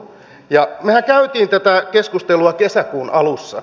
mehän kävimme tätä keskustelua kesäkuun alussa